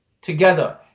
together